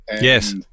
Yes